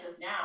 now